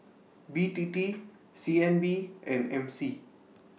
B T T C N B and M C